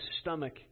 stomach